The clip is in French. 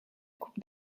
coupe